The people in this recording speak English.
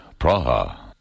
Praha